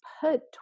put